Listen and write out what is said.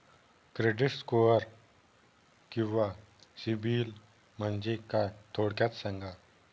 Credit score किंवा CIBIL म्हणजे काय? थोडक्यात सांगा